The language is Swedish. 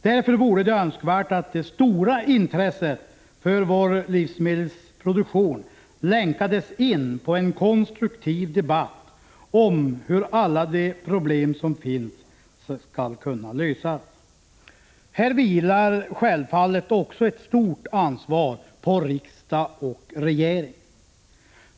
Därför vore det önskvärt att det stora intresset för vår livsmedelsproduktion länkades in på en konstruktiv debatt om hur alla de problem som finns skall kunna lösas. Här vilar självfallet också ett stort ansvar på riksdag och regering.